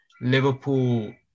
Liverpool